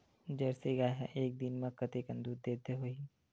Jersey गाय ह एक दिन म कतेकन दूध देत होही?